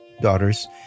daughters